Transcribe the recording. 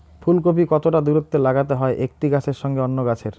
ফুলকপি কতটা দূরত্বে লাগাতে হয় একটি গাছের সঙ্গে অন্য গাছের?